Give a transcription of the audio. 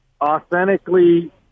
authentically